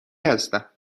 هستم